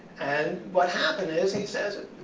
and what happened is, he says it,